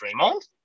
Draymond